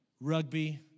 rugby